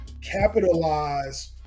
capitalize